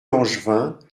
langevin